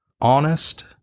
Honest